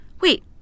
Wait